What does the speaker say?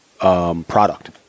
product